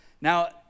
Now